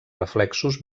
reflexos